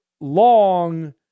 long